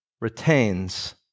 retains